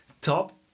top